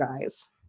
guys